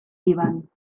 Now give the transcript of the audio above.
líban